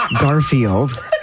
Garfield